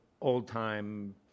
old-time